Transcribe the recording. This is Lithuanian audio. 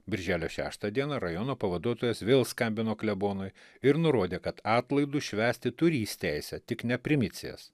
birželio šeštą dieną rajono pavaduotojas vėl skambino klebonui ir nurodė kad atlaidus švęsti turįs teisę tik ne primicijas